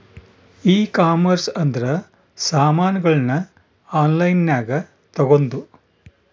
ಈ ಕಾಮರ್ಸ್ ಅಂದ್ರ ಸಾಮಾನಗಳ್ನ ಆನ್ಲೈನ್ ಗ ತಗೊಂದು